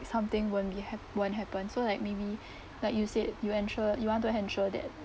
something won't be ha~ won't happen so like maybe like you said you ensure you want to ensure that